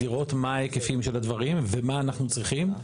לראות מה ההיקפים של הדברים ומה אנחנו צריכים.